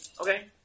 Okay